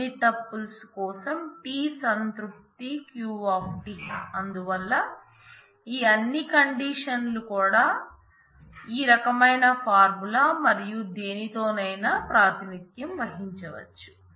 అందువల్ల ఈ అన్ని కండిషన్ లు కూడా ఈ రకమైన ఫార్ములా మరియు దేనితోనైనా ప్రాతినిధ్యం వహించవచ్చు